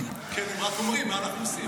כן, הם רק אומרים מה אנחנו עושים.